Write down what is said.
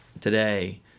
today